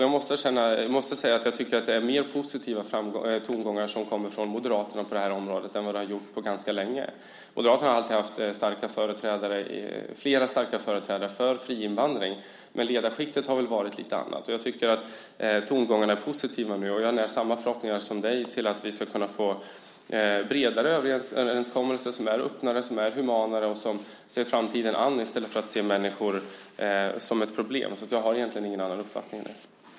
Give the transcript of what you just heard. Jag tycker att det nu är mer positiva tongångar som kommer från Moderaterna på det här området än vad det har varit på ganska länge. Moderaterna har alltid haft flera starka företrädare för fri invandring, men ledarskiktet har väl varit lite annorlunda. Jag tycker att tongångarna är positiva nu, och jag när samma förhoppningar som du om att vi ska kunna nå bredare, öppnare och humanare överenskommelser, att vi ska se framtiden an och inte se människor som ett problem, så jag har egentligen ingen annan uppfattning än du.